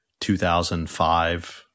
2005